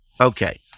Okay